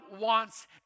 wants